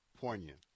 poignant